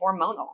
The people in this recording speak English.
hormonal